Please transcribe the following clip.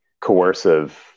coercive